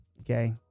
Okay